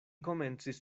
komencis